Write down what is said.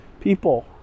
people